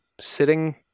sitting